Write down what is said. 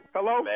Hello